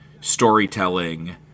storytelling